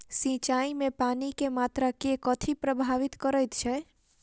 सिंचाई मे पानि केँ मात्रा केँ कथी प्रभावित करैत छै?